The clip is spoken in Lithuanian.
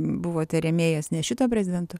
buvote rėmėjas ne šito prezidento